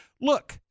Look